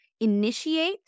initiate